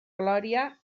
glòria